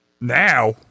Now